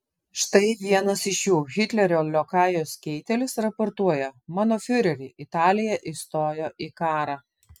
štai vienas iš jų hitlerio liokajus keitelis raportuoja mano fiureri italija įstojo į karą